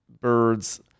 birds